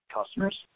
customers